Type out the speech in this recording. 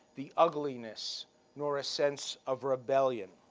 the ugliness nor a sense of rebellion.